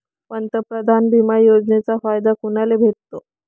पंतप्रधान बिमा योजनेचा फायदा कुनाले भेटतो?